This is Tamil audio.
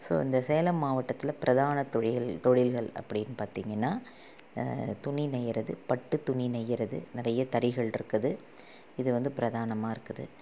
ஸோ இந்த சேலம் மாவட்டத்தில் பிரதான தொழில் தொழில்கள் அப்படின்னு பார்த்திங்கன்னா துணி நெய்கிறது பட்டுத் துணி நெய்கிறது நிறைய தறிகள்ருக்குது இது வந்து பிரதானமாக இருக்குது